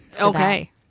okay